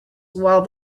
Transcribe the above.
while